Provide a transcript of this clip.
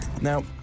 Now